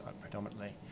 predominantly